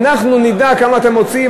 אנחנו נדע כמה אתם מוציאים,